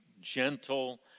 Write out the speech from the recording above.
gentle